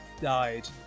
Died